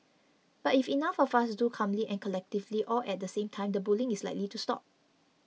but if enough of us do calmly and collectively all at the same time the bullying is likely to stop